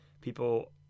people